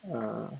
ah